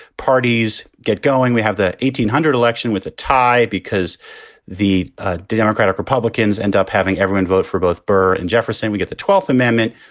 parties get going. we have the eighteen hundred election with a tie because the ah democratic republicans end up having everyone vote for both burr and jefferson. we get the twelfth amendment,